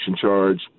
charge